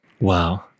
Wow